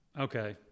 okay